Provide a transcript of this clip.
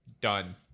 done